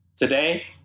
Today